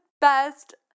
Best